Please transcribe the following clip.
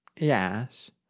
yes